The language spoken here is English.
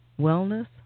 wellness